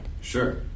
Sure